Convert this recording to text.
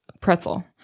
pretzel